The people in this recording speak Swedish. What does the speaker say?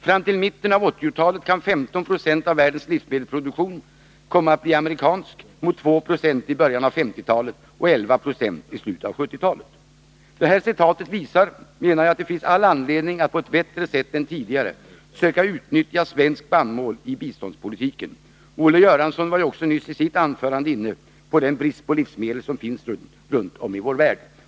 Fram till mitten av åttiotalet kan 15 procent av världens livsmedelsproduktion komma att bli amerikansk, mot 2 procent i början av 50-talet och 11 procent i slutet av 70-talet.” Jag menar att detta citat visar att det finns all anledning att på ett bättre sätt än tidigare söka utnyttja svenskt spannmål i biståndspolitiken. Också Olle Göransson var i sitt anförande nyss inne på den brist på livsmedel som råder runt om i vår värld.